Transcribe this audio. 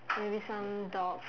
maybe some dog